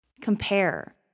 Compare